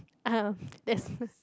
uh that's